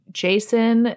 jason